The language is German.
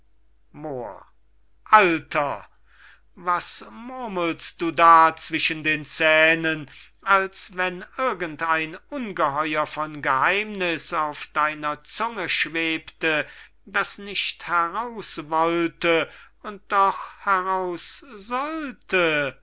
alter was murmelst du da zwischen den zähnen als wenn irgend ein ungeheuer von geheimniß auf deiner zunge schwebte das nicht heraus wollte und doch heraus sollte